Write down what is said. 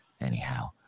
anyhow